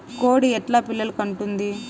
కోడి ఎట్లా పిల్లలు కంటుంది?